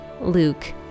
Luke